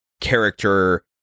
character